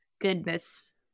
goodness